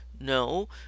No